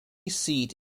seat